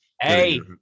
Hey